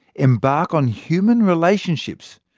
embark on human relationships,